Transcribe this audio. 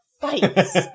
fights